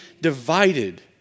divided